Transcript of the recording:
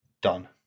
done